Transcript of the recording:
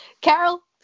Carol